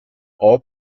all